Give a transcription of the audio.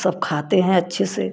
सब खाते हैं अच्छे से